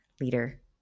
leader